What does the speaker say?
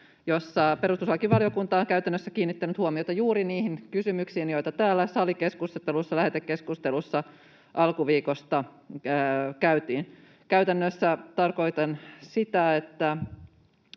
jossa perustuslakivaliokunta on käytännössä kiinnittänyt huomiota juuri niihin kysymyksiin, joita täällä salikeskustelussa, lähetekeskustelussa, alkuviikosta käytiin. Käytännössä tarkoitan sitä, että